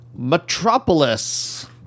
metropolis